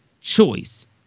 choice